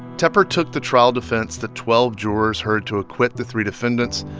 tepper took the trial defense that twelve jurors heard to acquit the three defendants,